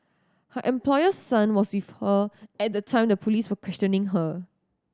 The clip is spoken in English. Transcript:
her employer's son was with her at the time the police were questioning her